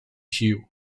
sił